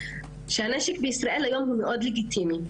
שהנשק בישראל היום הוא מאוד לגיטימי,